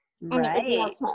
Right